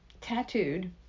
tattooed